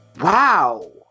Wow